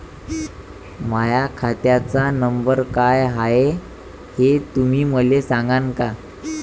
माह्या खात्याचा नंबर काय हाय हे तुम्ही मले सागांन का?